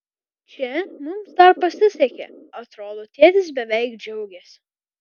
čia mums dar pasisekė atrodo tėtis beveik džiaugėsi